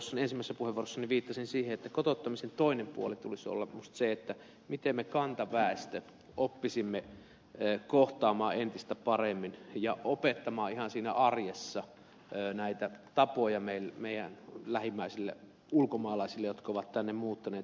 ensimmäisessä puheenvuorossani viittasin siihen että kotouttamisen toisen puolen tulisi olla minusta se miten me kantaväestö oppisimme kohtaamaan entistä paremmin ja opettamaan ihan siinä arjessa näitä tapoja meidän lähimmäisillemme ulkomaalaisille jotka ovat tänne muuttaneet